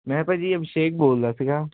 ਮੈਂ ਭਾਅ ਜੀ ਅਭਿਸ਼ੇਕ ਬੋਲਦਾ ਸੀਗਾ